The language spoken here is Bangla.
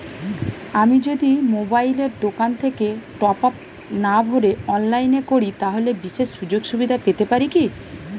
আমি যদি মোবাইলের দোকান থেকে টপআপ না ভরে অনলাইনে করি তাহলে বিশেষ সুযোগসুবিধা পেতে পারি কি?